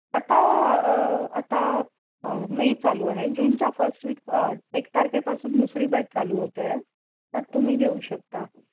आता आता मे चालू आहे जूनच्या फस्ट वीक एक तारखेपासून दुसरी बॅच चालू होते आहे त्यात तुम्ही घेऊ शकता